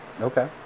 okay